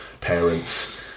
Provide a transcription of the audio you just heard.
parents